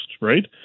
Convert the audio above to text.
right